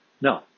no